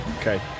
Okay